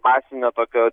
masinio tokio